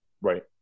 Right